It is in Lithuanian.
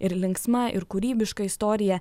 ir linksma ir kūrybiška istorija